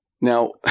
Now